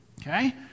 Okay